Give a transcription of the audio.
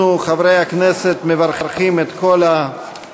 אנחנו, חברי הכנסת, מברכים את כל המשובצים,